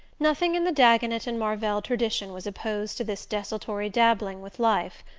nothing in the dagonet and marvell tradition was opposed to this desultory dabbling with life.